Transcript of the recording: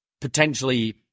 potentially